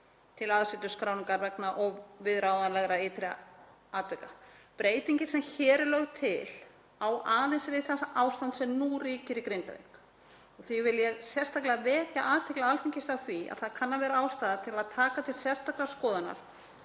til aðsetursskráningar vegna óviðráðanlegra ytra atvika. Breytingin sem hér er lögð til á aðeins við það ástand sem nú ríkir í Grindavík. Því vil ég sérstaklega vekja athygli Alþingis á því að það kann að vera ástæða til að taka til sérstakrar skoðunar